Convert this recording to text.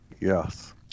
yes